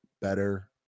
better